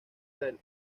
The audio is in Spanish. del